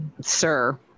sir